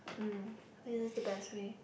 hmm this is the best way